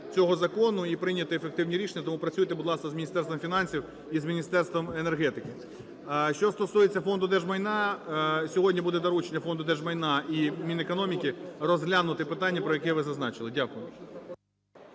цього закону і прийняти ефективні рішення. Тому працюйте, будь ласка, з Міністерством фінансів і з Міністерством енергетики. Що стосується Фонду держмайна. Сьогодні буде доручення Фонду держмайна і Мінекономіки розглянути питання, про яке ви зазначили. Дякую.